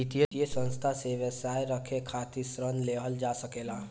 वित्तीय संस्था से व्यवसाय करे खातिर ऋण लेहल जा सकेला